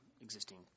existing